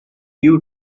you